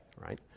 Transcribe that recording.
right